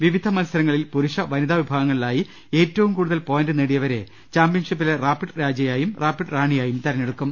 വിവിധ മത്സരങ്ങളിൽ പുരുഷ വനിതാ വിഭാഗങ്ങളിലായി ഏറ്റവും കൂടുതൽ പോയിന്റ് നേടിയവരെ ചാമ്പ്യൻഷിപ്പിലെ റാപ്പിഡ് രാജയായും റാപ്പിഡ് റാണിയായും തെരഞ്ഞെടുക്കും